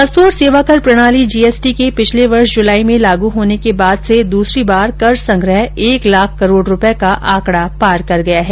वस्तु और सेवा कर प्रणाली जीएसटी के पिछले वर्ष जुलाई में लागू होने के बाद से दूसरी बार कर संग्रह एक लाख करोड़ रुपये का आंकड़ा पार कर गया है